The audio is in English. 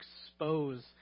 expose